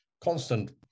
constant